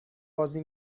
بازی